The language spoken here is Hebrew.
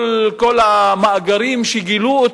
כל המאגרים שגילו,